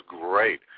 great